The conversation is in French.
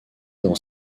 dans